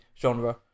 genre